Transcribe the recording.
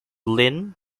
lin